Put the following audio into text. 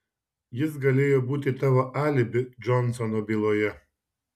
jis galėjo būti tavo alibi džonsono byloje